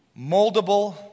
moldable